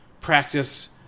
practice